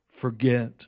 forget